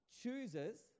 chooses